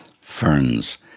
Ferns